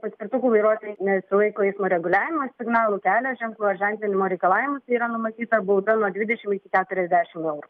paspirtukų vairuotojai nesilaiko eismo reguliavimo signalų kelio ženklų ar ženklinimo reikalavimuose yra numatyta bauda nuo dvidešim iki keturiasdešim eurų